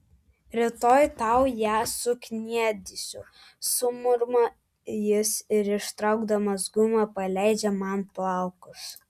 rytoj tau ją sukniedysiu sumurma jis ir ištraukdamas gumą paleidžia man plaukus